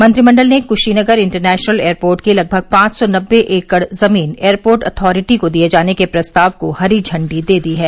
मंत्रिमंडल ने Kushinagar international airport की लगभग पांच सौ नब्बे एकड़ जमीन एयरपोर्ट अथारिटी को दिये जाने के प्रस्ताव को हरी झंडी दे दी है